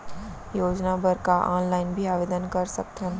योजना बर का ऑनलाइन भी आवेदन कर सकथन?